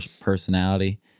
personality